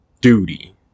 duty